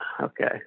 okay